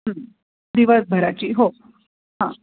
दिवसभराची हो हां